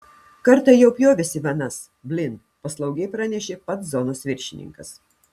kartą jau pjovėsi venas blin paslaugiai pranešė pats zonos viršininkas